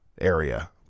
area